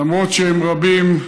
למרות שהם רבים,